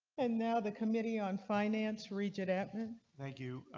and now the committee on finance regit apmen. thank you.